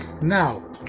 Now